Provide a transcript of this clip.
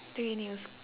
three new s~